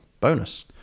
bonus